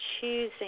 choosing